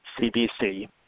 CBC